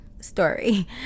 story